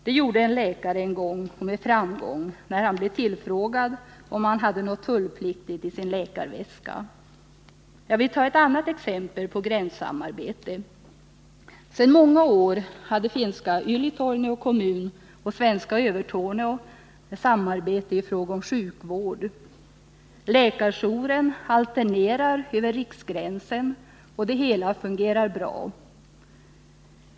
Det gjorde en läkare en gång och med framgång, när han blev tillfrågad om han hade något tullpliktigt i sin läkarväska! Jag vill ta ett annat exempel på samarbete över gränserna. Sedan många år har finska Ylitornio kommun och svenska Övertorneå samarbete i fråga om sjukvård. Läkarjouren alternerar över riksgränsen, och det hela fungerar bra.